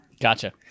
Gotcha